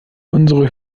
unsere